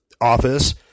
office